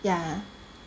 yeah